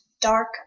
dark